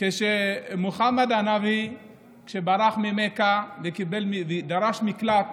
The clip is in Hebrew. כשמוחמד הנביא ברח ממכה הוא דרש מקלט